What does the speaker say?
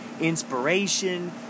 inspiration